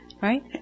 Right